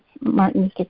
Martin